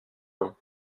ans